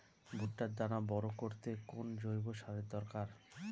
ভুট্টার দানা বড় করতে কোন জৈব সারের দরকার?